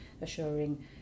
assuring